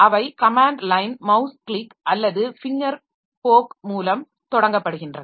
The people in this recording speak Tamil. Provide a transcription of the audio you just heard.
அவை கமேன்ட் லைன் மவுஸ் கிளிக் அல்லது ஃபிங்கர் போக் மூலம் தொடங்கப்படுகின்றன